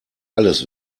alles